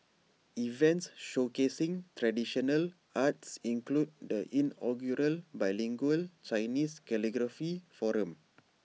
events showcasing traditional arts include the inaugural bilingual Chinese calligraphy forum